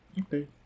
Okay